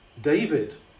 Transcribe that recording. David